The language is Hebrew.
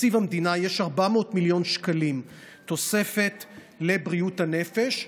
בתקציב המדינה יש 400 מיליון שקלים תוספת לבריאות הנפש.